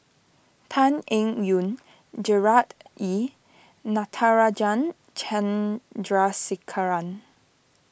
Tan Eng Yoon Gerard Ee Natarajan Chandrasekaran